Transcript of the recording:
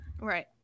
Right